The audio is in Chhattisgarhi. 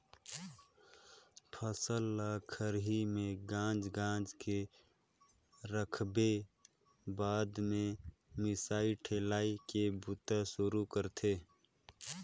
फसल ल खरही में गांज गांज के राखेब बाद में मिसाई ठेलाई के बूता सुरू करथे